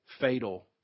fatal